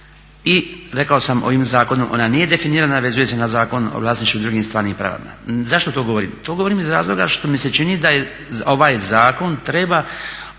i rekao sam ovim zakonom ona nije definirana, vezuje se na Zakon o vlasništvu i drugim stvarnim pravima. Zašto to govorim? To govorim iz razloga što mi se čini da ovaj zakon treba